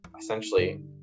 Essentially